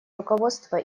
руководство